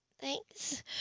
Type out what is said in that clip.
thanks